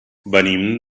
venim